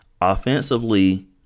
Offensively